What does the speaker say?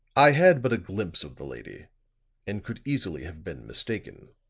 i had but a glimpse of the lady and could easily have been mistaken.